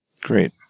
Great